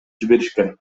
жиберишкен